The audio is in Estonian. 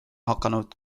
hakanud